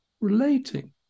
Relating